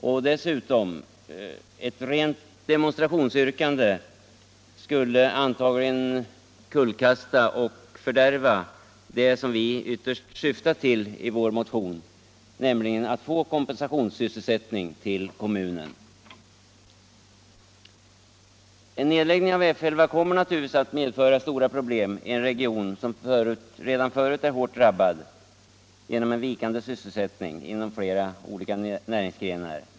Och dessutom skulle ett rent demonstrationsyrkande antagligen kullkasta och fördärva det som vi ytterst syftar till med vår motion, nämligen att få kompensationssysselsättning till kommunen. En nedläggning av F 11 kommer dock helt naturligt att medföra stora problem i en region som redan förut är hårt drabbad genom en vikande sysselsättning inom flera näringsgrenar.